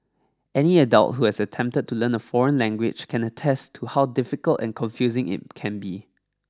any adult who has attempted to learn a foreign language can attest to how difficult and confusing it can be